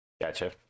Gotcha